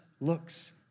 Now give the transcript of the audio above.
looks